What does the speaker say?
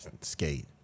Skate